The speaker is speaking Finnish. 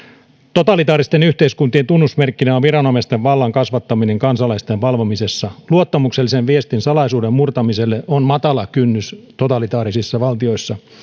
totalitaaristen yhteiskuntien tunnusmerkkinä on viranomaisten vallan kasvattaminen kansalaisten valvomisessa luottamuksellisen viestin salaisuuden murtamiselle on matala kynnys totalitaarisissa valtioissa